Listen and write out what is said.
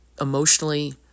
emotionally